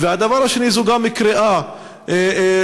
והדבר השני, זו גם קריאה לממשלה,